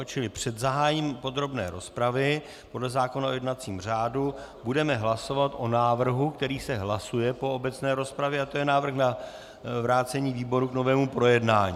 Čili před zahájením podrobné rozpravy podle zákona o jednacím řádu budeme hlasovat o návrhu, který se hlasuje po obecné rozpravě, a to je návrh na vrácení výboru k novému projednání.